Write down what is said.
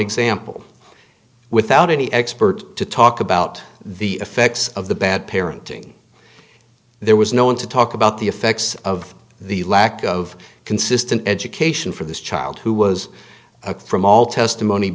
example without any expert to talk about the effects of the bad parenting there was no one to talk about the effects of the lack of consistent education for this child who was a from all testimony